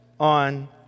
On